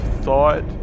thought